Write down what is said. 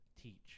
teach